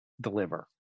deliver